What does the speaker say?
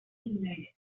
united